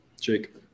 Jake